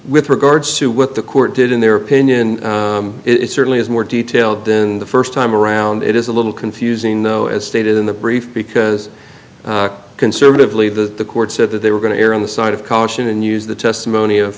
with regards to what the court did in their opinion it certainly is more detailed than the first time around it is a little confusing though as stated in the brief because conservatively the court said that they were going to err on the side of caution and use the testimony of